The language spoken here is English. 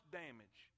damage